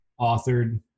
authored